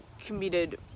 committed